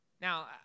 Now